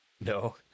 No